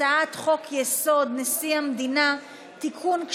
הצעת חוק-יסוד: נשיא המדינה (תיקון,